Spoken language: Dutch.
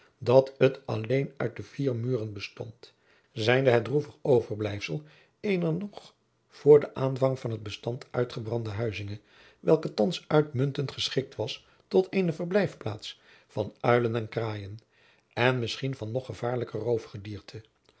dat het alleen uit de vier muren bestond jacob van lennep de pleegzoon zijnde het droevig overblijfsel eener nog vr den aanvang van het bestand uitgebrande huizinge welke thands uitmuntend geschikt was tot eene verblijfplaats van uilen en kraaien en misschien van nog gevaarlijker